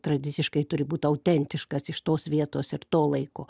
tradiciškai turi būt autentiškas iš tos vietos ir to laiko